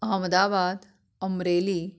Ahmedabad Amreli